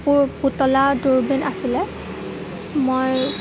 পুতলা দূৰবীণ আছিলে মই